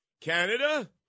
Canada